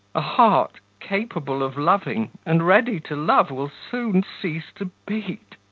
a heart capable of loving and ready to love will soon cease to beat.